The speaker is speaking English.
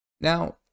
Now